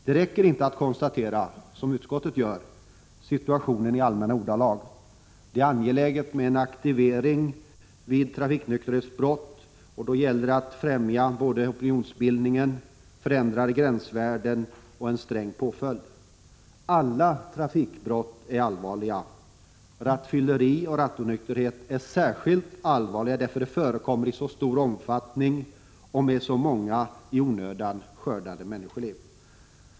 Det räcker inte med att — som utskottet gör — beskriva situationen i allmänna ordalag. Det är angeläget med en aktivering vid trafiknykterhetsbrott. Då gäller det att främja opinionsbildning, förändrade gränsvärden och en sträng påföljd. Alla trafikbrott är allvarliga. Rattfylleri och rattonykterhet är särskilt allvarligt därför att det förekommer i så stor omfattning och med så många i onödan skördade människoliv.